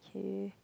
okay